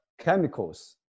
chemicals